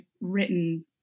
written